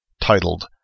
titled